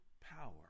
power